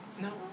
no